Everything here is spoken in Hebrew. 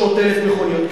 300,000 מכוניות.